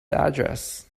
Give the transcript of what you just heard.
address